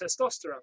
testosterone